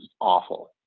awful